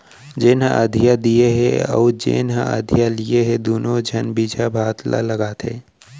जेन ह अधिया दिये हे अउ जेन ह अधिया लिये हे दुनों झन बिजहा भात ल लगाथें